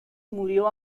murió